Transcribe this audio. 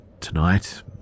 tonight